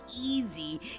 easy